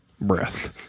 Breast